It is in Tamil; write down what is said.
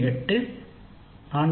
8 4